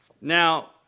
Now